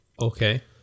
Okay